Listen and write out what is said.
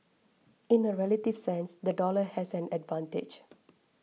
in a relative sense the dollar has an advantage